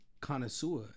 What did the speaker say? connoisseur